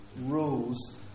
rules